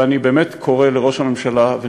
ואני באמת קורא לראש הממשלה,